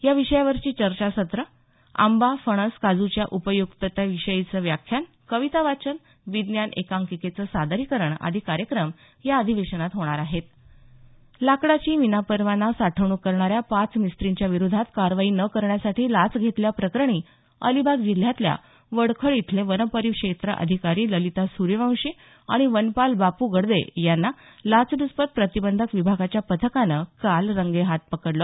या विषयावरची चर्चासत्रं आंबा फणस काजूच्या उपय्क्ततेविषयीचं व्याख्यान कवितावाचन विज्ञान एकांकिकेचं सादरीकरण आदी कार्यक्रम या अधिवेशनात होणार आहेत लाकडाची विनापरवाना साठवणूक करणाऱ्या पाच मिस्त्रींच्या विरोधात कारवाई न करण्यासाठी लाच घेतल्या प्रकरणी अलिबाग जिल्ह्यातल्या वडखळ इथले वनपरिक्षेत्र अधिकारी ललिता सूर्यवंशी आणि वनपाल बाप् गडदे यांना लाचलूचपत प्रतिबंधक विभागाच्या पथकानं काल रंगेहाथ पकडलं